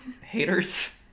haters